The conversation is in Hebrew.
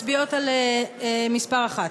מצביעות על מס' 1,